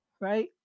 right